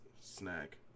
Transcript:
Snack